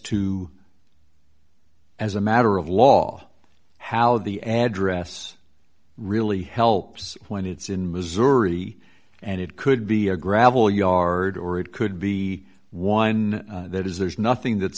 to as a matter of law how the address really helps when it's in missouri and it could be a gravel yard or it could be one that is there's nothing that